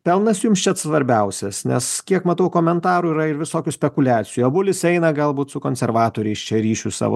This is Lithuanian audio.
pelnas jums čia svarbiausias nes kiek matau komentarų yra ir visokių spekuliacijų avulis eina galbūt su konservatoriais čia ryšius savo